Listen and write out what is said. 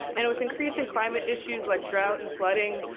and with increasing climate issues like drought and flooding,